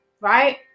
Right